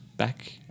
back